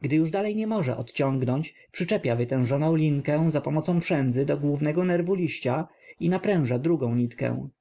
gdy już dalej nie może odciągnąć przyczepia wytężoną linkę zapomocą przędzy do głównego nerwu liścia i napręża drugą nitkę